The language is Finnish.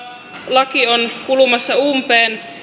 laki on kulumassa umpeen